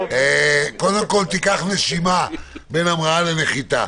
תיקח נשימה בין המראה לנחיתה.